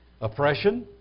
oppression